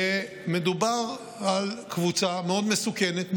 מדובר על קבוצה מאוד מסוכנת,